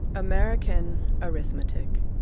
american arithmetic.